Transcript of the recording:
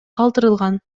калтырылган